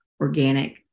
organic